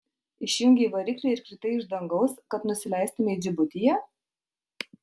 išjungei variklį ir kritai iš dangaus kad nusileistumei džibutyje